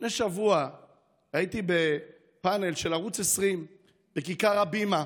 לפני שבוע הייתי בפאנל של ערוץ 20 בכיכר הבימה,